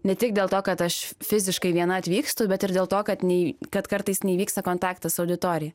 ne tik dėl to kad aš fiziškai viena atvykstu bet ir dėl to kad nei kad kartais neįvyksta kontaktas su auditorija